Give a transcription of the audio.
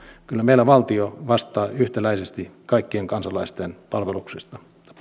kyllä meillä valtio vastaa yhtäläisesti kaikkien kansalaisten